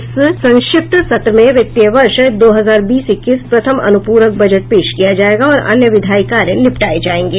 इस संक्षिप्त सत्र में वित्तीय वर्ष दो हजार बीस इक्कीस प्रथम अनुपूरक बजट पेश किया जायेगा और अन्य विधायी कार्य निपटाये जायेंगे